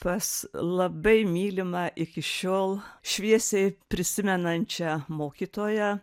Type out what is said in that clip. pas labai mylimą iki šiol šviesiai prisimenančią mokytoją